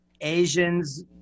Asians